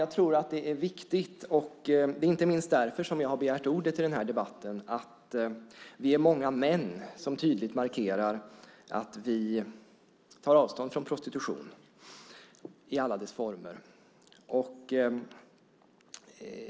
Jag tror att det är viktigt, och det är inte minst därför som jag har begärt ordet i denna debatt, att vi är många män som tydligt markerar att vi tar avstånd från prostitution i alla dess former.